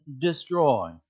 destroy